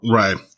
right